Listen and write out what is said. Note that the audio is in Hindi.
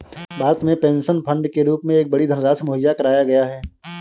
भारत में पेंशन फ़ंड के रूप में एक बड़ी धनराशि मुहैया कराया गया है